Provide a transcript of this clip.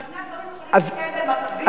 אבל שני הדברים יכולים להתקיים במקביל.